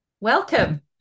Welcome